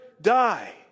die